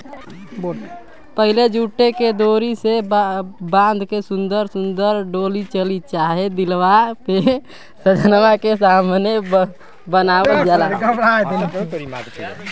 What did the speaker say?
पहिले जूटे के डोरी से बाँध के सुन्दर सुन्दर डोलची चाहे दिवार पे सजाए के सामान बनावल जाला